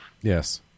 Yes